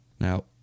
Now